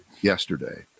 yesterday